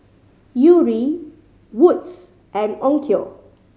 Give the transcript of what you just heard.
Yuri Wood's and Onkyo